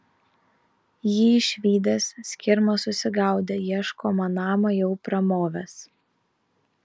jį išvydęs skirma susigaudė ieškomą namą jau pramovęs